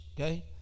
okay